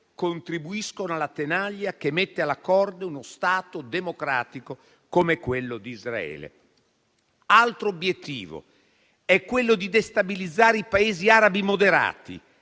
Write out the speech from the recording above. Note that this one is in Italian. contribuiscono alla tenaglia che mette alla corda uno Stato democratico come quello di Israele. Altro obiettivo è quello di destabilizzare i Paesi arabi moderati